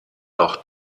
noch